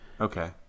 Okay